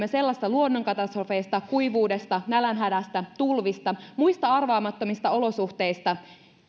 me sellaisista luonnonkatastrofeista kuivuudesta nälänhädästä tulvista ja muista arvaamattomista olosuhteista